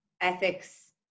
Ethics